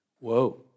Whoa